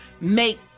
make